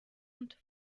und